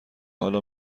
حالا